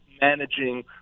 managing